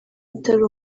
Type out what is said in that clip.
atari